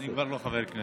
אני כבר לא חבר כנסת.